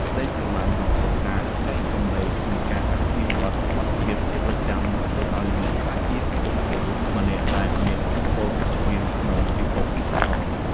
ក្តីស្រឡាញ់ចំពោះការចែករំលែក និងការអភិវឌ្ឍសមត្ថភាពជាប្រចាំនឹងធ្វើឱ្យអ្នកក្លាយជាបុគ្គលម្នាក់ដែលមានឥទ្ធិពលវិជ្ជមានក្នុងពិភពឌីជីថល។